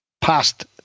past